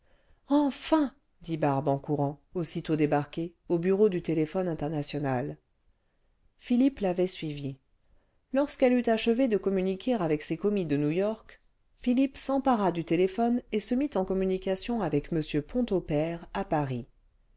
enfin dit barbe en courant aussitôt débarquée aux bureaux du téléphone international philippe l'avait suivie lorsqu'elle eut achevé de communiquer avec ses commis de new-york philippe s'empara du téléphone et se mit en communication avec m ponto père à paris